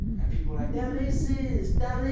and people where like, they are racist!